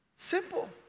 Simple